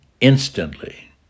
instantly